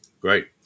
Great